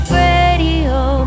radio